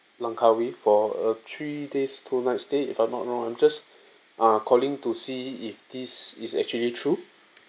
langkawi for a three days two night stay if I'm not wrong I'm just uh calling to see if this is actually true